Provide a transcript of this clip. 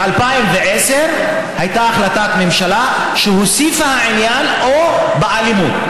ב-2010 הייתה החלטת ממשלה שהוסיפה את העניין: או באלימות,